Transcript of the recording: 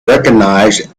recognised